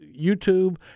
YouTube